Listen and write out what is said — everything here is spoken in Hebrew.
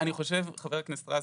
חבר הכנסת רז,